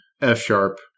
F-Sharp